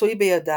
המצוי בידם.